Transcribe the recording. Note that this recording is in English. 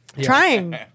Trying